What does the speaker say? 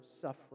suffering